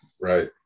right